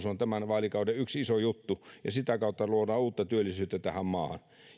on tämän vaalikauden yksi iso juttu ja sitä kautta luodaan uutta työllisyyttä tähän maahan